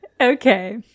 Okay